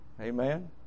Amen